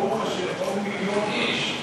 ברוך השם, היו מיליון איש.